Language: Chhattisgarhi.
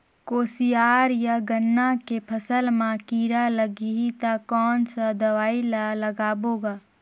कोशियार या गन्ना के फसल मा कीरा लगही ता कौन सा दवाई ला लगाबो गा?